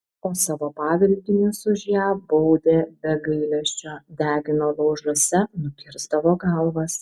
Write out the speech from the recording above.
o savo pavaldinius už ją baudė be gailesčio degino laužuose nukirsdavo galvas